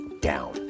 down